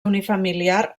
unifamiliar